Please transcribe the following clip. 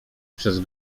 przez